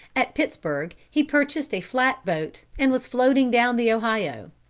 at pittsburgh he purchased a flat-boat, and was floating down the ohio.